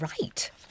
Right